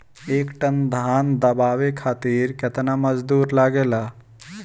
एक टन धान दवावे खातीर केतना मजदुर लागेला?